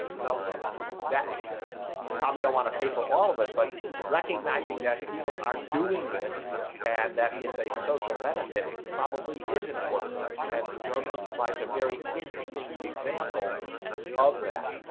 you know that you probably don't want to pay for all of it, but recognizing that people are doing this and that it's a social benefit is important and germany provides a very interesting example of that